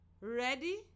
Ready